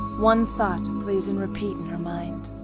one thought plays in repeat in her mind